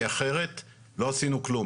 כי אחרת לא עשינו כלום.